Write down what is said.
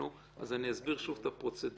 אני אסביר שוב את הפרוצדורה,